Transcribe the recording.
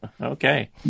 Okay